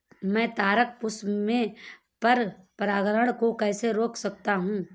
मैं तारक पुष्प में पर परागण को कैसे रोक सकता हूँ?